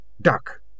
duck